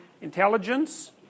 intelligence